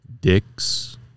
dicks